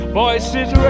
voices